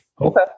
Okay